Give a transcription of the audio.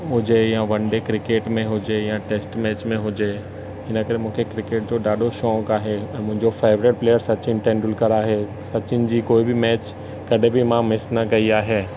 हुजे या one day cricket में हुजे या टेस्ट मैच में हुजे हिन करे मूंखे क्रिकेट जो ॾाढो शौक़ु आहे ऐं मुंहिंजो फेवरेट प्लेयर सचिन तेंडूलकर आहे सचिन जी कोई बि मैच कॾहिं बि मां मिस न कई आहे